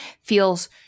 feels